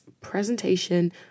presentation